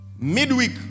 midweek